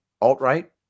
Alt-right